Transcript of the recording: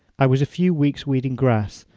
i was a few weeks weeding grass,